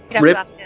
Rip